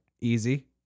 Easy